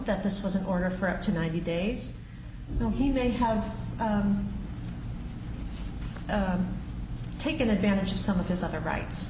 that this was an order for up to ninety days so he may have taken advantage of some of his other rights